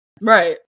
right